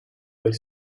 per